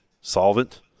solvent